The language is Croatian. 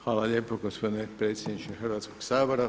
Hvala lijepo gospodine predsjedniče Hrvatskoga sabora.